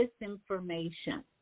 misinformation